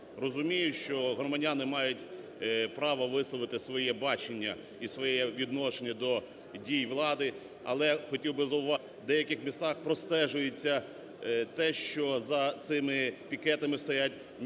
Розумію, що громадяни мають право висловити своє бачення і своє відношення до дій влади, але хотів би зауважити, що в деяких містах простежується те, що за цими пікетами стоять